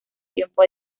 tiempo